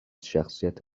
شخصیت